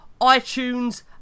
iTunes